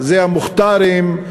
היה המוכתרים,